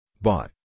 bought